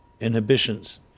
inhibitions